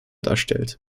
darstellt